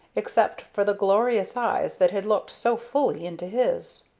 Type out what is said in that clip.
except for the glorious eyes that had looked so fully into his.